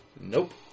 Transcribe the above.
Nope